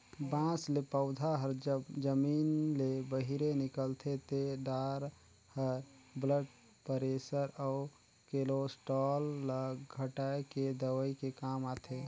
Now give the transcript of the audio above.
बांस ले पउधा हर जब जमीन ले बहिरे निकलथे ते डार हर ब्लड परेसर अउ केलोस्टाल ल घटाए के दवई के काम आथे